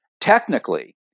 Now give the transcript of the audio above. Technically